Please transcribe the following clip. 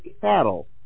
cattle